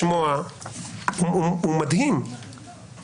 אני רוצה לשמוע מה נאמר בפסק הדין.